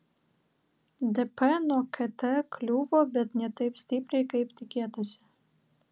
dp nuo kt kliuvo bet ne taip stipriai kaip tikėtasi